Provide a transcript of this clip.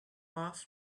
off